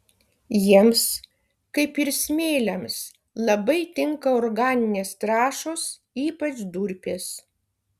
jiems kaip ir smėliams labai tinka organinės trąšos ypač durpės